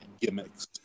gimmicks